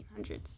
1800s